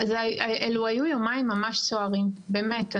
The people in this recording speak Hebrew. אלה היו יומיים ממש סוערים, באמת.